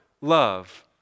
love